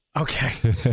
Okay